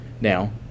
Now